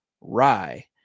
rye